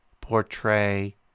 portray